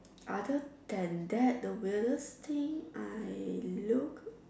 other than that the weirdest thing I look